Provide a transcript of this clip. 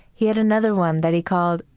he had another one that he called,